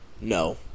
no